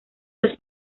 los